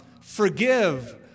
forgive